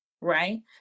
right